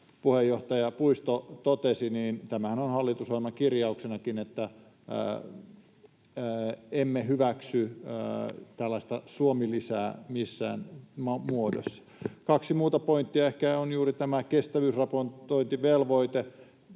puheenjohtaja Puisto totesi, tämähän on hallitusohjelman kirjauksenakin, että emme hyväksy tällaista Suomi-lisää missään muodossa. Kaksi muuta pointtia: Tämä kestävyysraportointivelvoite